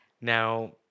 Now